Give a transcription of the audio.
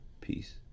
peace